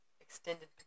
extended